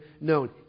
known